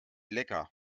lecker